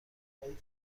دارمی